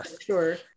sure